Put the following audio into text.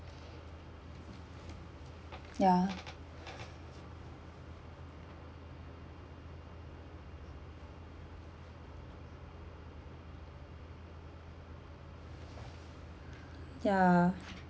ya ya